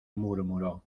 murmuró